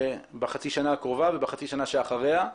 בחצי השנה הקרובה ובחצי השנה שאחריה.